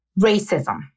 racism